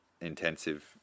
intensive